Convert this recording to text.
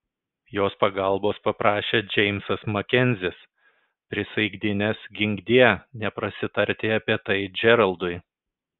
jos pagalbos paprašė džeimsas makenzis prisaikdinęs ginkdie neprasitarti apie tai džeraldui